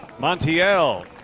Montiel